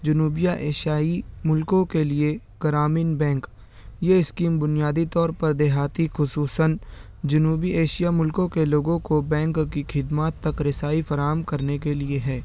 جنوبی ایشیائی ملکوں کے لیے گرامین بینک یہ اسکیم بنیادی طور پر دیہاتی خصوصاً جنوبی ایشیا ملکوں کے لوگوں کو بینک کی خدمات تک رسائی فراہم کرنے کے لیے ہے